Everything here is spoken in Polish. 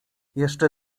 jeszcze